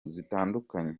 zitandukanye